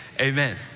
Amen